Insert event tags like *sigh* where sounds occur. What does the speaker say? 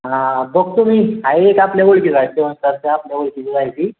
हां बघतो मी आहे एक आपल्या ओळखीचा आहे *unintelligible* आपल्या ओळखीचाच आहे ती